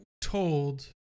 told